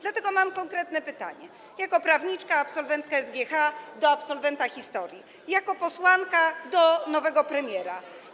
Dlatego mam konkretne pytania, jako prawniczka, absolwentka SGH - do absolwenta historii, jako posłanka - do nowego premiera.